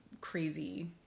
crazy